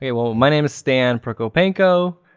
yeah well, my name is stan prokopenko.